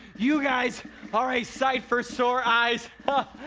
you guys are a sight for sore eyes, huh?